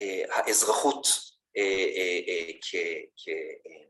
האזרחות, כ...